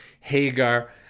Hagar